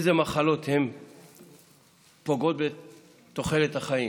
איזה מחלות פוגעות בתוחלת החיים,